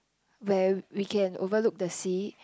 where we can overlook the sea